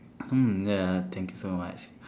mm ya thank you so much